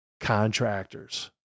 contractors